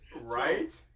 Right